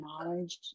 knowledge